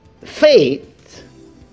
faith